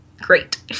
great